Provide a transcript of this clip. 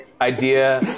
idea